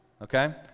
Okay